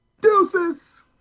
deuces